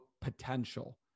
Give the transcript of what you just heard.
potential